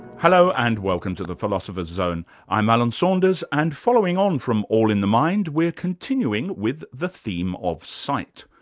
hello, and welcome to the philosopher's zone i'm alan saunders, and following on from all in the mind, we're continuing with the theme of sight,